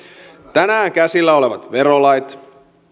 tänään käsillä olevat verolait